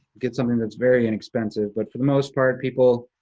get something that's very inexpensive, but for the most part, people